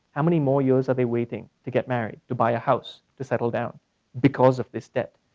how many more years are they waiting to get married, to buy a house, to settle down because of this debt?